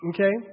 Okay